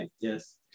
Yes